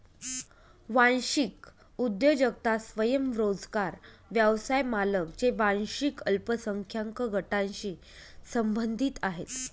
वांशिक उद्योजकता स्वयंरोजगार व्यवसाय मालक जे वांशिक अल्पसंख्याक गटांशी संबंधित आहेत